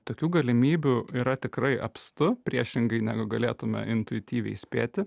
tokių galimybių yra tikrai apstu priešingai negu galėtume intuityviai spėti